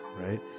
right